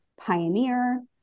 pioneer